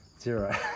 Zero